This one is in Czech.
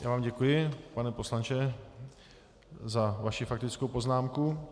Já vám děkuji, pane poslanče, za vaši faktickou poznámku.